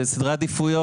בסדרי העדיפויות,